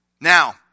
Now